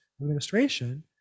administration